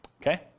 okay